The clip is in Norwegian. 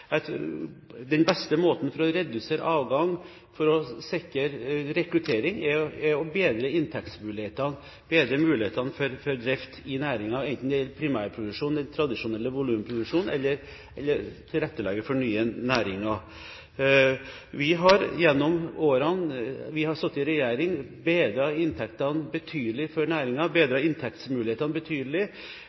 den beste måten å redusere avgang på for å sikre rekruttering er å bedre inntektsmulighetene, bedre mulighetene for drift i næringen, enten det gjelder primærproduksjon eller tradisjonell volumproduksjon, eller det gjelder å tilrettelegge for nye næringer. Vi har gjennom de årene vi har sittet i regjering, bedret inntektene betydelig for næringen, bedret inntektsmulighetene betydelig.